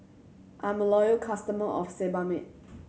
I'm a loyal customer of Sebamed